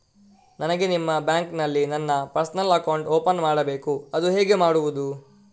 ನನಗೆ ನಿಮ್ಮ ಬ್ಯಾಂಕಿನಲ್ಲಿ ನನ್ನ ಪರ್ಸನಲ್ ಅಕೌಂಟ್ ಓಪನ್ ಮಾಡಬೇಕು ಅದು ಹೇಗೆ ಮಾಡುವುದು?